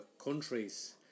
countries